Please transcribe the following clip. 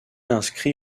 inscrit